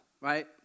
right